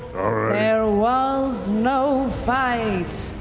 there ah was no fight.